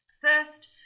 first